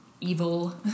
evil